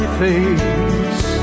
face